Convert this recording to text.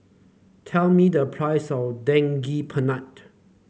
tell me the price of Daging Penyet